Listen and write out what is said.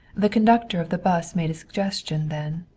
the conductor of the bus made a suggestion then,